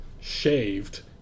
shaved